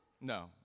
No